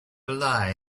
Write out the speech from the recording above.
lie